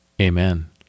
Amen